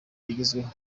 ibigezweho